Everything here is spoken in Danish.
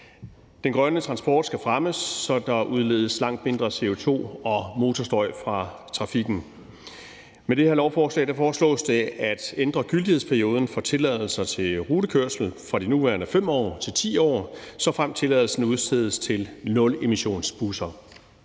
Den grønne transport skal fremmes, så der udledes langt mindre CO2 og motorstøj fra trafikken. Med det her lovforslag foreslås det at ændre gyldighedsperioden for tilladelser til rutekørsel fra de nuværende 5 år til 10 år, såfremt tilladelsen udstedes til nulemissionsbusser.